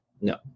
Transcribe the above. No